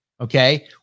Okay